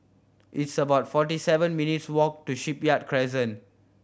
it's about forty seven minutes' walk to Shipyard Crescent